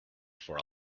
for